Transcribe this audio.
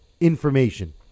information